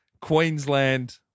Queensland